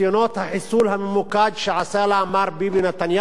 החיסול הממוקד שעשה לה מר ביבי נתניהו,